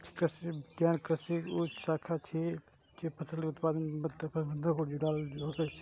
कृषि विज्ञान कृषि के ऊ शाखा छियै, जे फसल उत्पादन आ मृदा प्रबंधन सं जुड़ल होइ छै